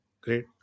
Great